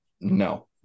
no